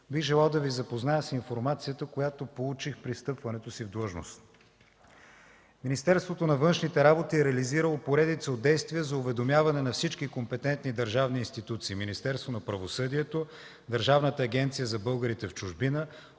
бих желал да Ви запозная с информацията, която получих при встъпването си в длъжност. Министерството на външните работи е реализирало поредица от действия за уведомяване на всички компетентни държавни институции – Министерството на правосъдието, Държавната агенция за българите в чужбина,